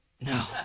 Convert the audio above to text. No